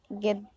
get